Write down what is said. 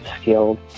skilled